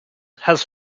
has